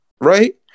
right